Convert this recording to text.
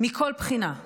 מכל בחינה.